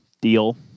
deal